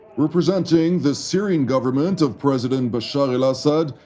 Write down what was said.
representing the syrian government of president bashar al-assad,